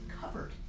covered